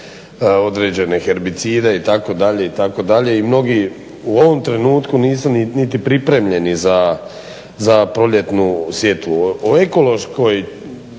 određene herbicide itd. itd. I mnogi u ovom trenutku nisu niti pripremljeni za proljetnu sjetvu. O ekološkoj